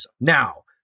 Now